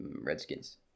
Redskins